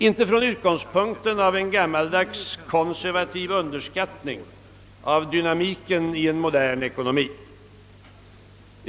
Inte från utgångspunkten av en gammaldags konservativ underskattning av dynamiken i en modern ekonomi.